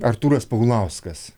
artūras paulauskas